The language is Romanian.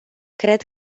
cred